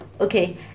Okay